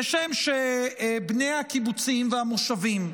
כשם שבני הקיבוצים והמושבים,